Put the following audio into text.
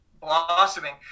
blossoming